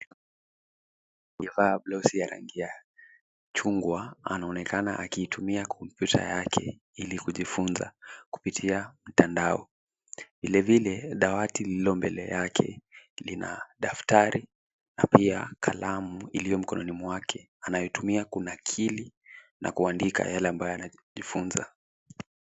Aliyeva blausi ya rangi ya chungwa anaonekana akiitumia kompyuta yake ili kujifunza kupitia mtandao. Vile vile dawati lilo mbele yake lina daftari na pia kalamu iliyo mkononi mwake, anayotumia kunakili na kuandika yale ambayo anajifunza.